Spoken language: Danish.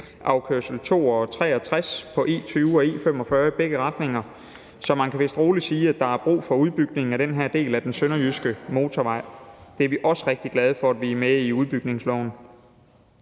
afkørsel 62 og 63 på E20 og E45 i begge retninger, så man kan vist rolig sige, at der er brug for udbygningen af den her del af den sønderjyske motorvej. Der er vi også rigtig glade for, at vi er med i udbygningsloven.